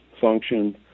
function